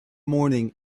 morning